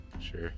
Sure